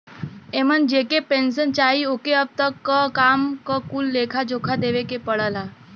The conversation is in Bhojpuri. एमन जेके पेन्सन चाही ओके अब तक क काम क कुल लेखा जोखा देवे के पड़ला